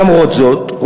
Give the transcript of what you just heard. למרות זאת,